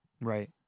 Right